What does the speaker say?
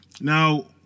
Now